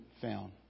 found